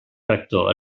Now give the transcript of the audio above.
rector